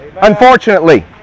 unfortunately